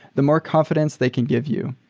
the more confi dence they can give you.